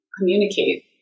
communicate